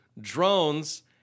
drones